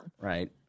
Right